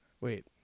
Wait